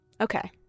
Okay